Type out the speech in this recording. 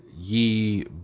Ye